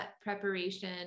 preparation